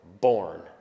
born